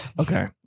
Okay